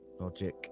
logic